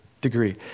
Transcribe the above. degree